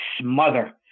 smother